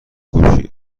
کوشی